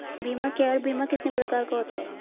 बीमा क्या है और बीमा कितने प्रकार का होता है?